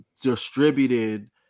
distributed